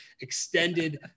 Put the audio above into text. extended